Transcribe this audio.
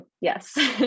yes